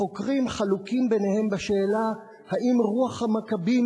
החוקרים חלוקים ביניהם בשאלה אם רוח המכבים